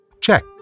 Check